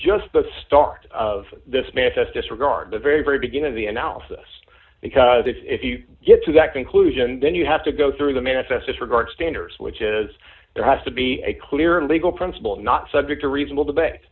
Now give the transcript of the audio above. just the start of this manifest disregard the very very beginning of the analysis because it's if you get to that conclusion then you have to go through the manifest as regards standards which is there has to be a clear legal principle not subject to reasonable debate